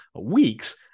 weeks